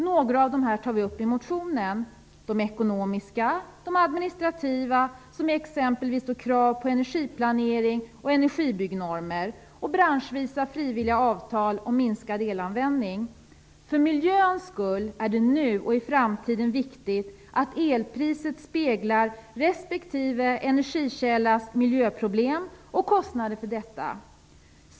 Några av dessa tar vi upp i motionen: - de administrativa, exempelvis krav på energiplanering och energibyggnormer, samt För miljöns skull är det nu och i framtiden viktigt att elpriset speglar respektive energikällas miljöproblem och kostnaderna för dessa.